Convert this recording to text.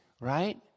right